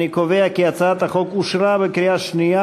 אני קובע שהצעת החוק אושרה בקריאה שנייה.